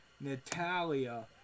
Natalia